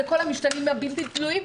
לכל המשתנים הבלתי תלויים,